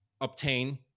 obtain